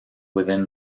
within